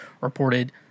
reported